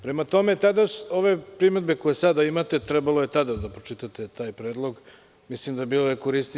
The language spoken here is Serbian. Prema tome, ove primedbe koje sada imate, trebalo je tada da pročitate taj predlog, mislim da bi bilo korisnije.